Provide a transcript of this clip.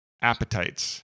appetites